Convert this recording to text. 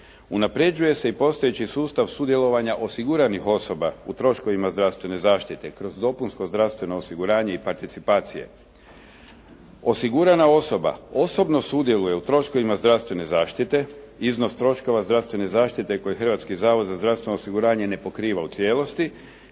Unapređuje se i postojeći sustav sudjelovanja osiguranih osoba u troškovima zdravstvene zaštite kroz dopunsko zdravstveno osiguranje i participacije. Osigurana osoba osobno sudjeluje u troškovima zdravstvene zaštite. Iznos troškova zdravstvene zaštite koje Hrvatski zavod za zdravstveno osiguranje ne pokriva u cijelosti